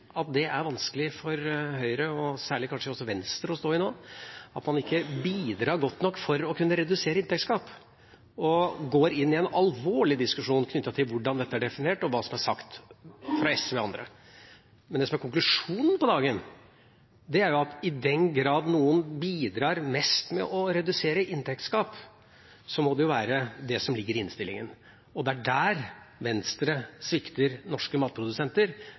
at det er vanskelig for Høyre, og kanskje særlig også for Venstre, nå å stå i at man ikke bidrar godt nok for å kunne redusere inntektsgap og går inn i en alvorlig diskusjon knyttet til hvordan dette er definert, og hva som er sagt fra SV og andre. Men konklusjonen på dagen er at i den grad noen bidrar mest med å redusere inntektsgap, må det være det som ligger i innstillinga, og der svikter Venstre norske matprodusenter,